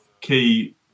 key